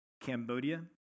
Cambodia